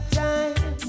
time